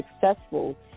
successful